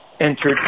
entered